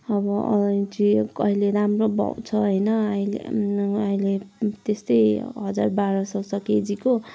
अब अलैँची अहि राम्रो भाउ छ होइन अहिले अहिले त्यस्तै हजार बाह्र सय छ केजीको